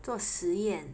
做实验